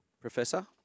Professor